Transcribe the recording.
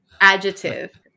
adjective